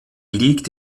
liegt